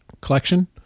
collection